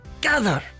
gather